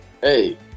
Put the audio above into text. Hey